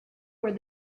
where